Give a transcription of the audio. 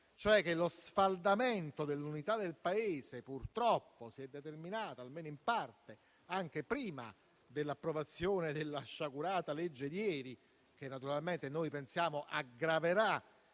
cioè che lo sfaldamento dell'unità del Paese purtroppo si è determinato (almeno in parte) anche prima dell'approvazione della sciagurata legge di ieri, che naturalmente noi pensiamo aggraverà